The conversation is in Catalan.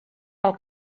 pel